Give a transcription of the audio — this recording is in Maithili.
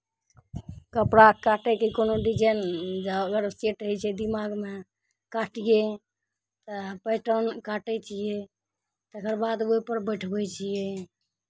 कपड़ा काटयके कोनो डिजाइन जे अगर सेट होइ छै दिमागमे काटियै तऽ पैटर्न काटै छियै तकर बाद ओहिपर बैठबै छियै